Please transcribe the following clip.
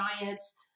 diets